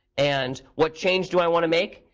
and what change do i want to make?